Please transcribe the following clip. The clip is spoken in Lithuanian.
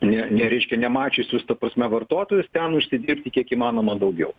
ne ne reiškia nemačiusius ta prasme vartotojus ten užsidirbti kiek įmanoma daugiau